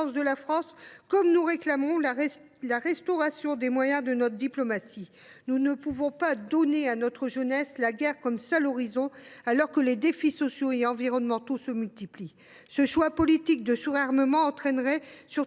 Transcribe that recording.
de la France, comme nous réclamons la restauration des moyens de notre diplomatie. Nous ne pouvons pas donner à notre jeunesse la guerre comme seul horizon, alors que les défis sociaux et environnementaux se multiplient. Ce choix politique de surarmement entraînerait surtout